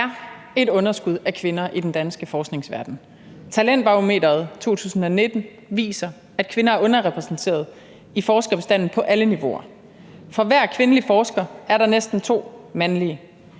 er et underskud af kvinder i den danske forskningsverden. Talentbarometeret 2019 viser, at kvinder er underrepræsenteret i forskerbestanden på alle niveauer. For hver kvindelig forsker er der næsten to mandlige,